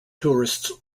tourists